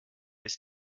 ist